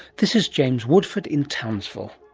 this is james woodford in townsville.